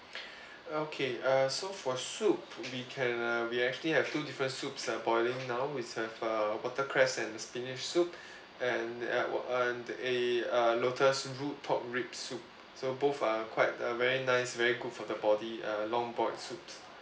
okay uh so for soup we can uh we actually have two difference soup are boiling now we have uh watercress and spinach soup and eh uh eh uh lotus root pork rib soup so both are quite uh very nice very good for the body uh long boiled soup